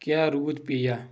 کیاہ روٗد پِیا